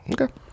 Okay